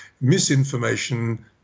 misinformation